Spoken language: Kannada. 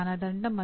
ಔಟ್ಕಮ್ಸ್